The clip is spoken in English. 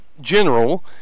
general